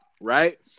right